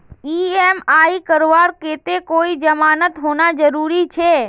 EMI करवार केते कोई जमानत होना जरूरी छे?